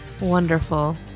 Wonderful